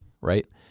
right